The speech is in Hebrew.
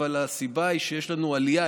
אבל הסיבה היא שיש לנו עלייה,